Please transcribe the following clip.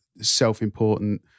self-important